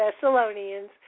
Thessalonians